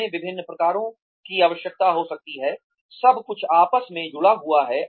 हमें विभिन्न प्रकारों की आवश्यकता हो सकती है सब कुछ आपस में जुड़ा हुआ है